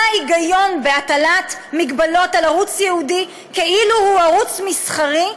מה ההיגיון בהטלת מגבלות על ערוץ ייעודי כאילו הוא ערוץ מסחרי,